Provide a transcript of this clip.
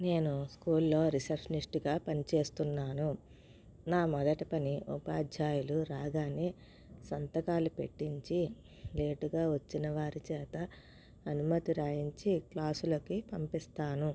నేను స్కూల్లో రిసెప్షనిస్ట్గా పనిచేస్తున్నాను నా మొదటి పని ఉపాధ్యాయులు రాగానే సంతకాలు పెట్టించి లేట్గా వచ్చినవారి చేత అనుమతి రాయించి క్లాసులకి పంపిస్తాను